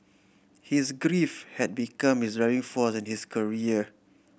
his grief had become his driving force in his career